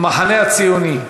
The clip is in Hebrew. המחנה הציוני,